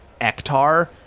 Ektar-